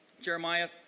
Jeremiah